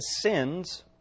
sins